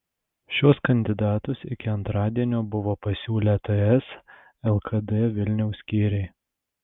šiuos kandidatus iki antradienio buvo pasiūlę ts lkd vilniaus skyriai